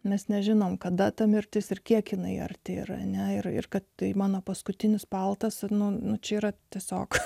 mes nežinome kada ta mirtis ir kiek kinai arti ir ne ir ir kad mano paskutinis paltas nu nu čia yra tiesiog